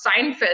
Seinfeld